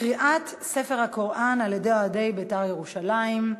קריעת ספר הקוראן על-ידי אוהדי "בית"ר ירושלים",